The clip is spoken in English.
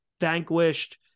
vanquished